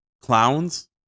clowns